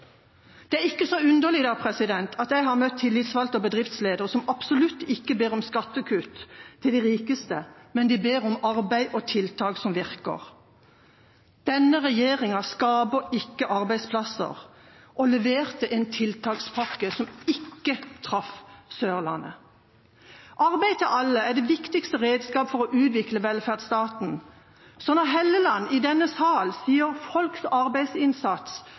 Det er ikke så underlig da at jeg har møtt tillitsvalgte og bedriftsledere som absolutt ikke ber om skattekutt til de rikeste, men om arbeid og tiltak som virker. Denne regjeringa skaper ikke arbeidsplasser og leverte en tiltakspakke som ikke traff Sørlandet. Arbeid til alle er det viktigste redskapet for å utvikle velferdsstaten. Så når representanten Helleland i denne sal sier «folks arbeidsinnsats»